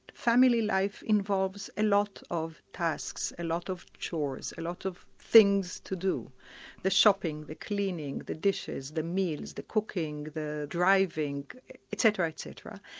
family life involves a and lot of tasks, a lot of chores, a lot of things to do the shopping, the cleaning, the dishes, the meals, the cooking, the driving etc. etc,